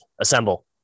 assemble